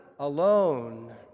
alone